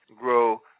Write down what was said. grow